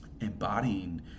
embodying